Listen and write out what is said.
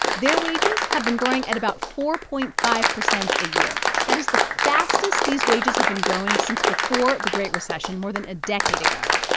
their wages have been growing at about four point five zero a year. that is the fastest these wages have been growing since before the great recession more than a decade ago.